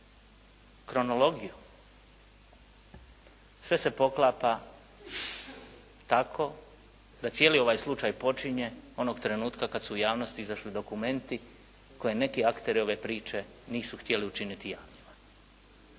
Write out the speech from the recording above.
kronologiju sve se poklapa tako da cijeli ovaj slučaj počinje onog trenutka kad su u javnost izašli dokumenti koje neki akteri ove priče nisu htjeli učiniti javnim.